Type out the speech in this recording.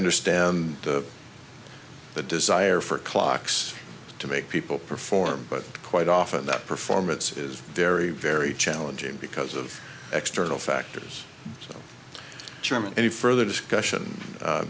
understand the desire for clocks to make people perform but quite often that performance is very very challenging because of external factors that determine any further discussion